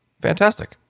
fantastic